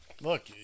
look